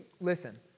listen